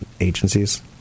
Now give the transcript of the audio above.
agencies